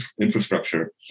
infrastructure